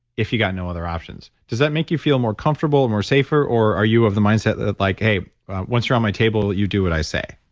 if you've got no other options. does that make you feel more comfortable and more safer? or, are you of the mindset that like, hey once you're on my table, you do what i say?